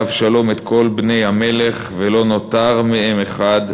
אבשלום את כל בני המלך ולא נותר מהם אחד,